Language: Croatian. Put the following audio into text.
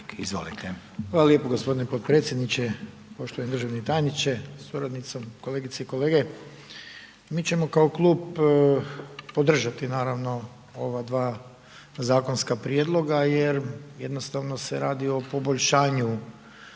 Hvala lijepo gospodine potpredsjedniče, poštovani državni tajniče, kolegice i kolege. Mi ćemo kao klub podržati naravno ova dva zakonska prijedloga, jer jednostavno se radi o poboljšanju